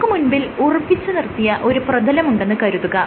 നമുക്ക് മുൻപിൽ ഉറപ്പിച്ചു നിർത്തിയ ഒരു പ്രതലമുണ്ടെന്ന് കരുതുക